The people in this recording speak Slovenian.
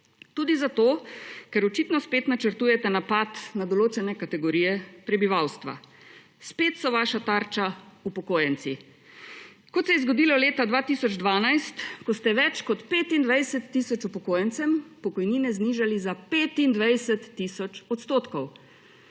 Tudi zato, ker očitno spet načrtujete napad na določene kategorije prebivalstva. Spet so vaša tarča upokojenci. Kot se je zgodilo leta 2012, ko ste več kot 25 tisoč upokojencem pokojnine znižali za 25 tisoč Lapsus